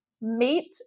Meet